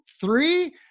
three